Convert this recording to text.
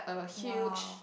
!wow!